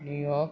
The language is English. New York